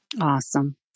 Awesome